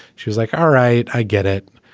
she was like, all right, i get it.